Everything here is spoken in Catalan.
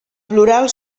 plural